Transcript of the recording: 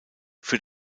für